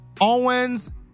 Owens